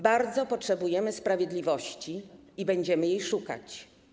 Bardzo potrzebujemy sprawiedliwości i będziemy jej szukać.